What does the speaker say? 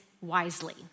wisely